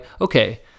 Okay